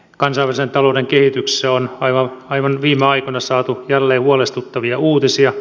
kansainvälisen talouden kehityksestä on aivan viime aikoina saatu jälleen huolestuttavia uutisia